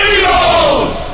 Eagles